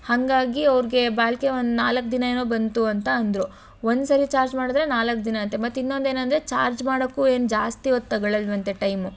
ಹಾಗಾಗಿ ಅವ್ರಿಗೆ ಬಾಳಿಕೆ ಒಂದು ನಾಲ್ಕು ದಿನ ಏನೋ ಬಂತು ಅಂತ ಅಂದರು ಒಂದ್ಸಲ ಚಾರ್ಜ್ ಮಾಡಿದ್ರೆ ನಾಲ್ಕು ದಿನ ಅಂತೆ ಮತ್ತೆ ಇನ್ನೊಂದು ಏನೆಂದ್ರೆ ಚಾರ್ಜ್ ಮಾಡೋಕು ಏನು ಜಾಸ್ತಿ ಹೊತ್ ತಗೊಳಲ್ವಂತೆ ಟೈಮು